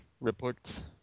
reports